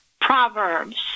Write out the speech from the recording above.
Proverbs